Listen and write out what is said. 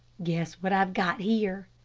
guess what i've got here.